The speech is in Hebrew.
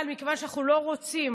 אבל מכיוון שאנחנו לא רוצים,